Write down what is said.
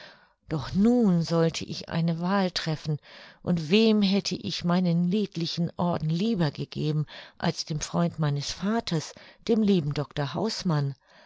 doch nun sollte ich eine wahl treffen und wem hätte ich meinen niedlichen orden lieber gegeben als dem freund meines vaters dem lieben dr hausmann